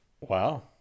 Wow